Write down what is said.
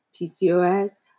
PCOS